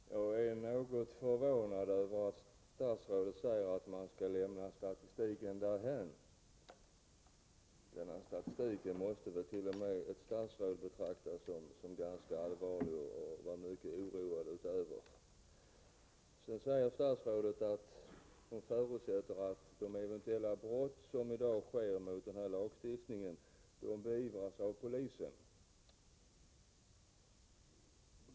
Herr talman! Jag är något förvånad över att statsrådet säger att man skall lämna statistiken därhän. Denna statistik måste väl t.o.m. ett statsråd betrakta som ganska allvarlig och vara mycket oroad över. Sedan säger statsrådet att hon förutsätter att eventuella brott mot denna lagstiftning beivras av polisen.